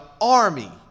army